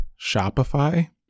Shopify